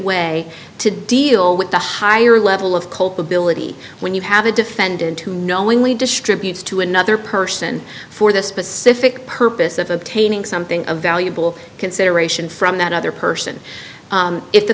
way to deal with the higher level of culpability when you have a defendant who knowingly distributes to another person for the specific purpose of obtaining something of valuable consideration from that other person if the